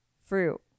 fruit